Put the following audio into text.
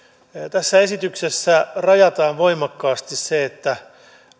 tässä esityksessä rajataan voimakkaasti se että